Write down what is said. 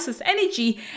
energy